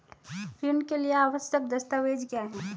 ऋण के लिए आवश्यक दस्तावेज क्या हैं?